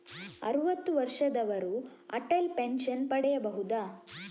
ಅರುವತ್ತು ವರ್ಷದವರು ಅಟಲ್ ಪೆನ್ಷನ್ ಪಡೆಯಬಹುದ?